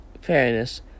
Fairness